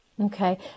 Okay